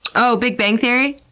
oh! big bang theory?